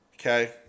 Okay